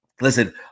Listen